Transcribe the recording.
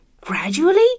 Gradually